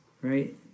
right